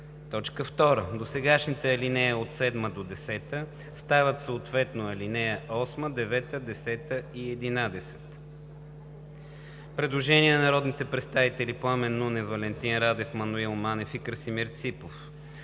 3.“ 2. Досегашните ал. 7 – 10 стават съответно ал. 8 – 11.“ Предложение на народните представители Пламен Нунев, Валентин Радев, Маноил Манев и Красимир Ципов.